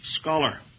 scholar